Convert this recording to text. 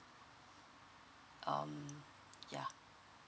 um yeah